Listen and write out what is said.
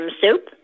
soup